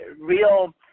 real